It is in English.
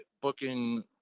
booking